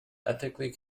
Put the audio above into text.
ethically